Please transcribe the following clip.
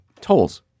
Tolls